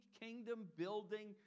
kingdom-building